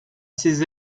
ses